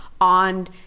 on